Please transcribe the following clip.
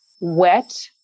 wet